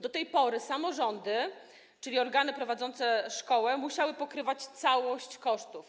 Do tej pory samorządy, czyli organy prowadzące szkołę, musiały pokrywać całość kosztów.